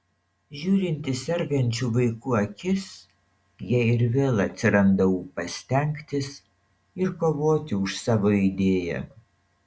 žiūrint į sergančių vaikų akis jai ir vėl atsiranda ūpas stengtis ir kovoti už savo idėją